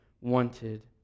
wanted